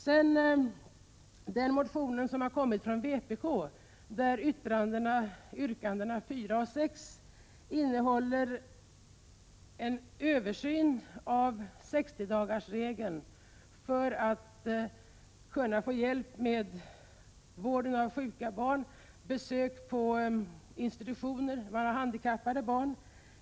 Vpk-motionen och yttrandena 4 och 6 begär en översyn av sextiodagarsregeln för att underlätta besök av sjuka barn på institutioner, t.ex. handikappade barn.